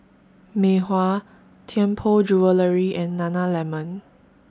Mei Hua Tianpo Jewellery and Nana Lemon